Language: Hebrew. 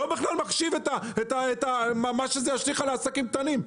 בכלל לא מחשיב את ההשלכה של זה על העסקים הקטנים.